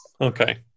Okay